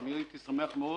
הייתי שמח מאוד